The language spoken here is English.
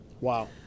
wow